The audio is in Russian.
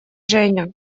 женя